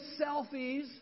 selfies